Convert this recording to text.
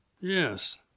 Yes